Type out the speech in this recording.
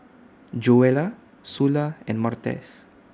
Joella Sula and Martez